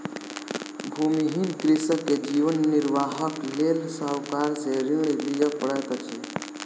भूमिहीन कृषक के जीवन निर्वाहक लेल साहूकार से ऋण लिअ पड़ैत अछि